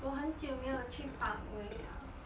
我很久没有去 parkway 了